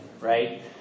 right